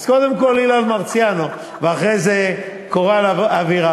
אז קודם כול אילן מרסיאנו ואחרי זה קורל אבירם.